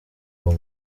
uwo